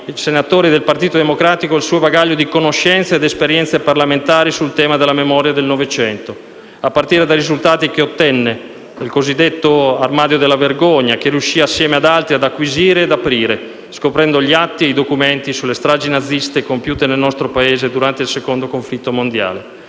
senatori del Partito Democratico il suo bagaglio di conoscenze ed esperienze parlamentari sul tema della memoria del Novecento, a partire dai risultati che ottenne con il cosiddetto "armadio della vergogna", che riuscì, assieme ad altri, ad acquisire e ad aprire, scoprendo gli atti e i documenti sulle stragi naziste compiute nel nostro Paese durante il Secondo conflitto mondiale.